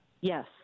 Yes